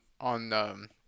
on, –